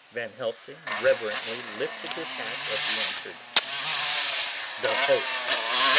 van helsing reverently lifted his hat as he answered the host.